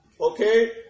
okay